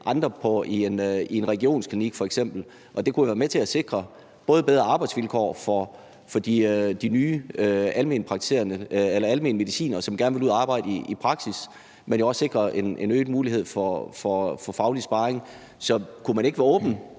andre i en regionsklinik. Og det kunne jo være med til både at sikre bedre arbejdsvilkår for de nye almene medicinere, som gerne vil ud at arbejde i praksis, men også sikre en øget mulighed for faglig sparring. Så kunne man ikke være åben